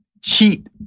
cheat